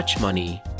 money